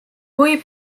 kui